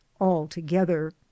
altogether